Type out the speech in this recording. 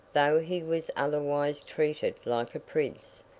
though he was otherwise treated like a prince,